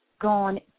gone